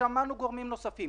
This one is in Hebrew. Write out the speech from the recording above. ושמענו גורמים נוספים.